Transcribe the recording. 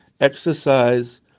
exercise